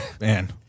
man